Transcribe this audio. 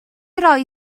rhoi